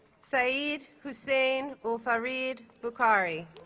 syed hussain ul fareed bukhari